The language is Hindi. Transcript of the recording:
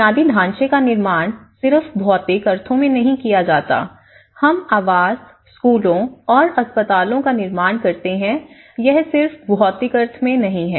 बुनियादी ढांचे का निर्माण सिर्फ भौतिक अर्थों में नहीं किया जाता हम आवास स्कूलों और अस्पतालों का निर्माण करते हैं यह सिर्फ भौतिक अर्थ में नहीं है